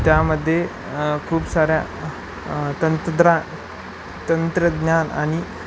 त्यामध्ये खूप साऱ्या तंतद्रा तंत्रज्ञान आणि